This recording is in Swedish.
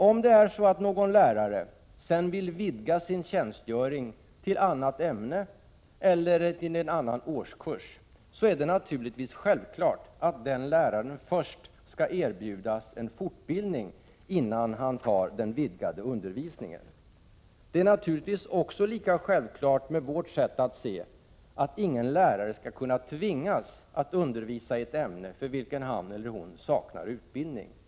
Om en lärare sedan vill vidga sin tjänst till ett annat ämne eller till en annan årskurs är det naturligtvis självklart att den läraren först skall erbjudas en fortbildning innan han tar den vidgade undervisningen. Det är naturligtvis också lika självklart, med vårt sätt att se på saken, att ingen lärare skall kunna tvingas att undervisa i ett ämne eller en årskurs för vilket han saknar utbildning.